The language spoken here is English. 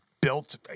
built